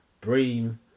bream